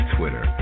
Twitter